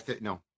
no